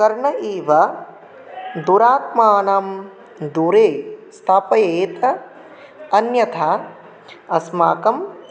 कर्णः इव दुरात्मानं दूरे स्थापयेत् अन्यथा अस्माकं